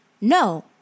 No